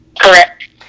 Correct